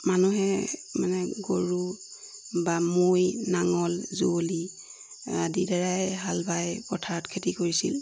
মানুহে মানে গৰু বা মৈ নাঙল যুৱলি আদিৰ দ্বাৰাই পথাৰত হাল বাই খেতি কৰিছিল